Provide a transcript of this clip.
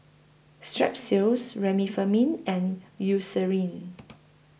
Strepsils Remifemin and Eucerin